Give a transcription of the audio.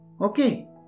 Okay